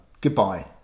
goodbye